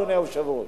אדוני היושב-ראש.